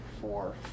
four